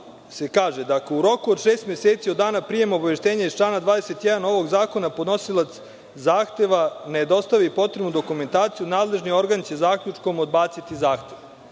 se kaže da ako u roku od 6 meseci od dana prijema obaveštenja iz člana 21. ovog zakona podnosilac zahteva ne dostavi potrebnu dokumentaciju nadležni organ će zaključkom odbaciti zahtev.